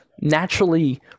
naturally